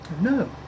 No